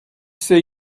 see